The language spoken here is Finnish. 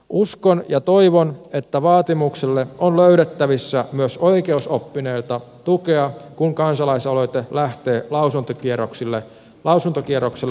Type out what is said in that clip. uskon ja toivon että vaatimukselle on löydettävissä myös oikeusoppineilta tukea kun kansalaisaloite lähtee lausuntokierrokselle valiokuntiin